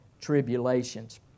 tribulations